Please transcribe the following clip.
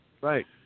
right